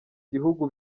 gihugu